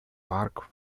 park